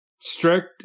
strict